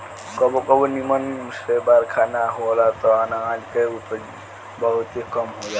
कबो कबो निमन से बरखा ना होला त अनाज के उपज बहुते कम हो जाला